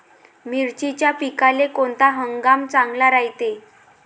मिर्चीच्या पिकाले कोनता हंगाम चांगला रायते?